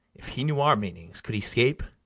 if he knew our meanings, could he scape?